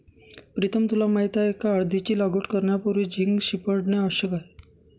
प्रीतम तुला माहित आहे का हळदीची लागवड करण्यापूर्वी झिंक शिंपडणे आवश्यक आहे